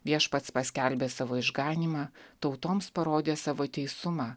viešpats paskelbė savo išganymą tautoms parodė savo teisumą